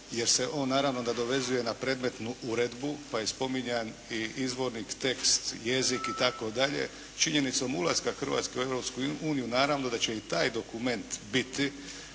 jer se on naravno nadovezuje na predmetnu uredbu, pa je spominjan i izvorni tekst, jezik itd. Činjenicom ulaska Hrvatske u Europsku uniju naravno da će i taj dokument biti